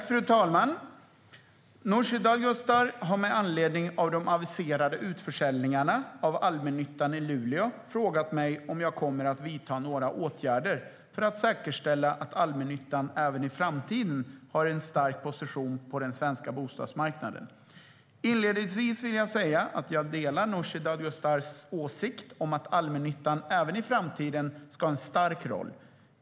Fru talman! Nooshi Dadgostar har med anledning av de aviserade utförsäljningarna av allmännyttan i Luleå frågat mig om jag kommer att vidta några åtgärder för att säkerställa att allmännyttan även i framtiden har en stark position på den svenska bostadsmarknaden. Inledningsvis vill jag säga att jag delar Nooshi Dadgostar åsikt att allmännyttan även i framtiden ska ha en stark roll.